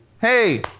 hey